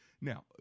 Now